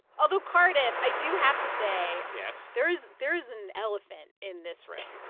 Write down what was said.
although, cardiff, i do have to say. yes there is there is an elephant in this room.